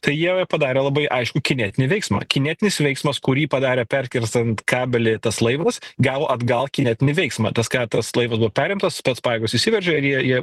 tai jie padarė labai aiškų kinetinį veiksmą kinetinis veiksmas kurį padarė perkirstant kabelį tas laivas gavo atgal kinetinį veiksmą tas ką tas laivas buvo perimtas tos pajėgos įsiveržė ir jie jie